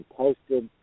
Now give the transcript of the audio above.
posted